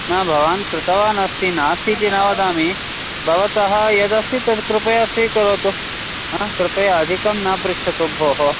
न भवान् कृतवान् अस्ति नास्ति इति न वदामि भवतः यदस्ति तद् कृपया स्वीकरोतु अहं कृपया अधिकं न पृच्छतु भोः